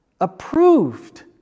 Approved